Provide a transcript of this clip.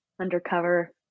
undercover